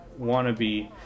Wannabe